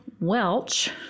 Welch